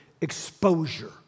exposure